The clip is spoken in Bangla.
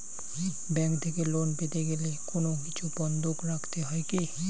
ব্যাংক থেকে লোন পেতে গেলে কোনো কিছু বন্ধক রাখতে হয় কি?